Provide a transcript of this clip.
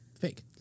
Fake